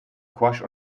crush